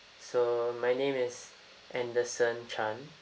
so my name is anderson chan